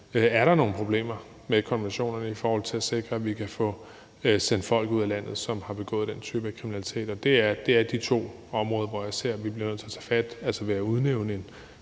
nu er nogle problemer med konventionerne i forhold til at sikre, at vi kan få sendt folk, som har begået den type af kriminalitet, ud af landet. Det er de to områder, hvor jeg ser vi bliver nødt til at tage fat, altså ved at udnævne en